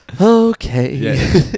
Okay